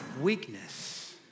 weakness